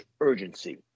urgency